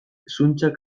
zuntzak